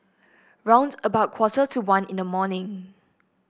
round about quarter to one in the morning